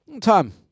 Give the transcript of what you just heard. time